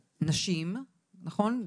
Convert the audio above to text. שנשים, נכון?